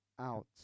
Out